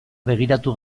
begiratu